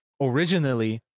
originally